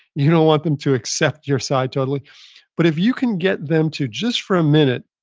you don't want them to accept your side totally but if you can get them to, just for a minute,